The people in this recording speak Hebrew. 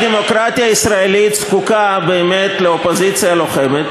והיות שהדמוקרטיה הישראלית זקוקה באמת לאופוזיציה לוחמת,